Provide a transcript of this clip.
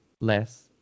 less